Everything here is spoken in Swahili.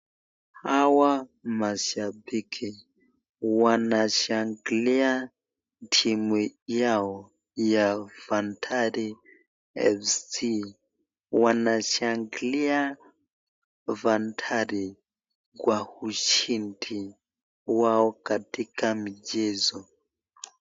Hawa mashambiki wanashangilia timu yao ya Bandari FC. Wanashangilia Bandari kwa ushindi wao katika michezo.